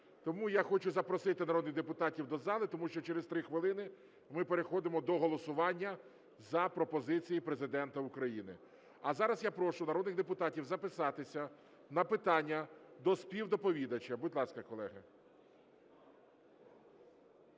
Тому я хочу запросити народних депутатів до зали, тому що через 3 хвилини ми переходимо до голосування за пропозиції Президента України. А зараз я прошу народних депутатів записатися на питання до співдоповідача. Будь ласка, колеги.